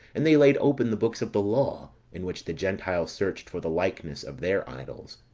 and they laid open the books of the law, in which the gentiles searched for the likeness of their idols